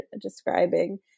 describing